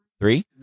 Three